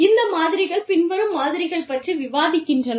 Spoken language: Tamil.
இந்த மாதிரிகள் பின்வரும் மாதிரிகள் பற்றி விவாதிக்கின்றன